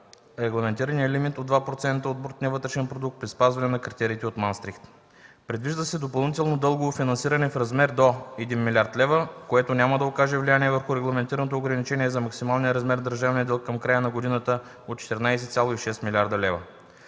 регламентирания лимит от 2% от брутния вътрешен продукт при спазване на критериите от Маастрихт. Предвижда се допълнително дългово финансиране в размер до 1 млрд. лв., което няма да окаже влияние върху регламентираното ограничение за максималния размер на държавния дълг към края на годината от 14,6 млрд.лв.